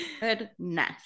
Goodness